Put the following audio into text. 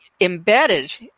embedded